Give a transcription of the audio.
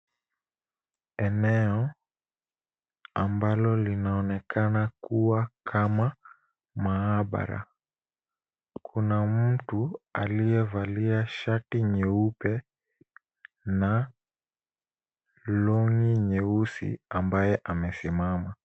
Eneo, ambalo linaonekana kuwa kama maabara. Kuna mtu aliyevalia shati nyeupe, na longi nyeusi ambaye amesimama.